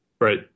Right